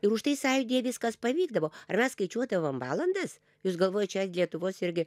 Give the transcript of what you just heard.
ir už tai sąjūdyje viskas pavykdavo ar mes skaičiuodavom valandas jūs galvojat čia lietuvos irgi